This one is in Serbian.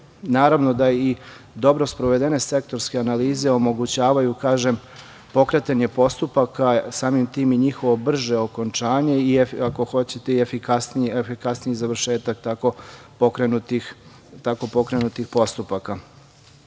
Naravno da i dobro sprovedene sektorske analize omogućavaju pokretanje postupaka, a samim tim i njihovo brže okončanje i ako hoćete i efikasniji završetak tako pokrenutih postupaka. Ono